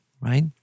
right